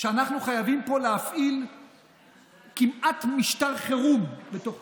שאנחנו חייבים להפעיל כמעט משטר חירום בתוך